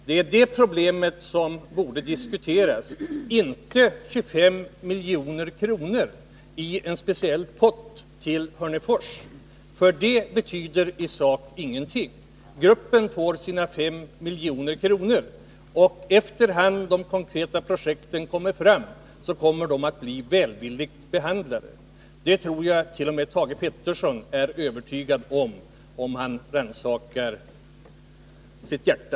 Det är detta problem som borde diskuteras, inte 25 milj.kr. i en speciell pott till Hörnefors, ty det betyder i sak ingenting. Gruppen får sina 5 milj.kr., och efter hand som de konkreta projekten kommer fram, kommer de att bli välvilligt behandlade. Jag tror att t.o.m. Thage Peterson är övertygad om detta, om han rannsakar sitt hjärta.